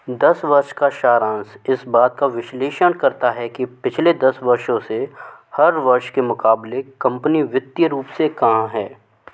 दस वर्ष का सारांश इस बात का विश्लेषण करता है कि पिछले दस वर्षों से हर वर्ष के मुकाबले कंपनी वित्तीय रूप से कहाँ है